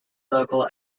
local